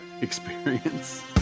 experience